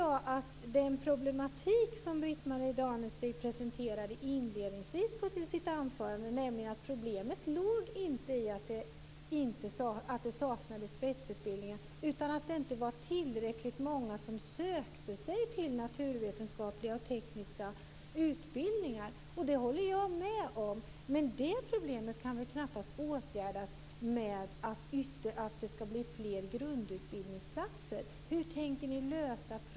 Jag håller med om det problem Britt-Marie Danestig presenterade i inledningen av sitt anförande, nämligen att det inte är tillräckligt många som söker sig till naturvetenskapliga och tekniska utbildningar.